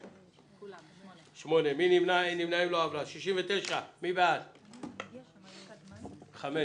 7 נמנעים, אין הצעה לתיקון החקיקה (17)